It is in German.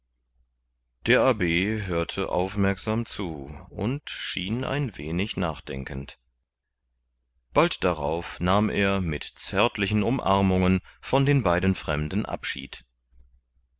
der abb hörte aufmerksam zu und schien ein wenig nachdenkend bald darauf nahm er mit zärtlichen umarmungen von den beiden fremden abschied